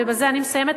ובזה אני מסיימת,